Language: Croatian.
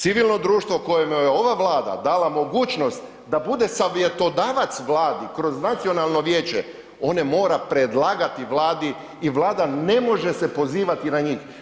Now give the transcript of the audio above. Civilno društvo kojemu je ova Vlada dala mogućnost da bude savjetodavac Vladi kroz nacionalno vijeće one mora predlagati Vladi i Vlada ne može se pozivati na njih.